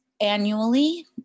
annually